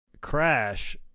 Crash